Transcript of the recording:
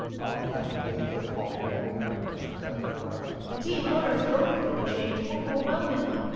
oftentimes games are called differently by different sets of refs the team owners voted for the change overwhelmingly,